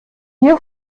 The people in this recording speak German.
hier